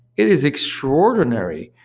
it is extraordinary.